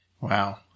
Wow